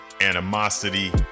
animosity